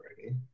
already